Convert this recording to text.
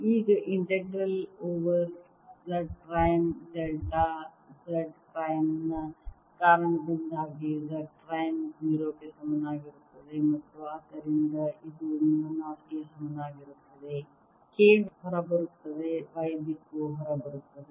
ಈಗ integral over Z prime delta Z prime ನ ಕಾರಣದಿಂದಾಗಿ Z ಪ್ರೈಮ್ 0 ಗೆ ಸಮನಾಗಿರುತ್ತದೆ ಮತ್ತು ಆದ್ದರಿಂದ ಇದು ಮ್ಯೂ 0 ಗೆ ಸಮನಾಗಿರುತ್ತದೆ K ಹೊರಬರುತ್ತದೆ Y ದಿಕ್ಕು ಹೊರಬರುತ್ತದೆ